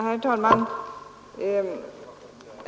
Herr talman!